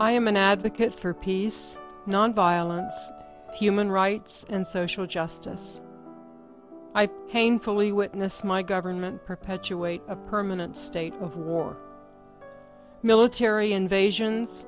i am an advocate for peace nonviolence human rights and social justice i painfully witness my government perpetuate a permanent state of war military invasions